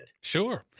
Sure